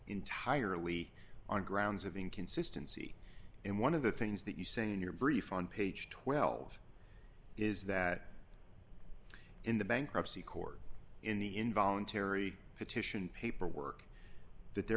entirely on grounds of inconsistency in one of the things that you saying in your brief on page twelve is that in the bankruptcy court in the involuntary petition paperwork that there